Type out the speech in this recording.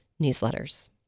newsletters